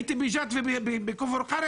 הייתי בג'ת ובכפר קרע